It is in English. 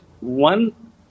one